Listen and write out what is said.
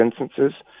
instances